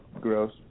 gross